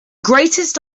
greatest